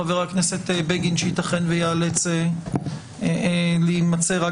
חבר הכנסת בגין שיתכן וייאלץ להימצא רק